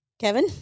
Kevin